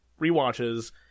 rewatches